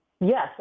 Yes